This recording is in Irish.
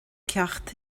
ceacht